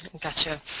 Gotcha